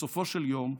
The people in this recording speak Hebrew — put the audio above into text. בסופו של יום,